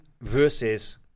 versus